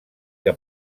que